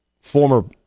former